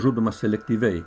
žudoma selektyviai